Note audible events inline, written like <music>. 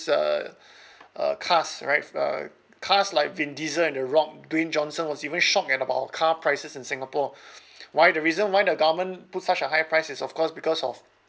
uh uh cars right uh cars like vin diesel and the rock dwayne johnson was even shocked at about car prices in singapore <breath> why the reason why the government put such a high price is of course because of